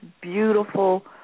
beautiful